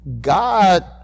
God